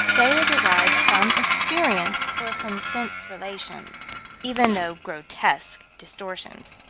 they are derived from experience or from senes-relations, even though grotesque distortions.